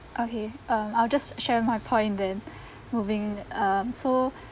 okay um I'll just share my point then moving um so